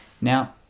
Now